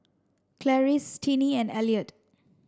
Clarice Tinie and Elliott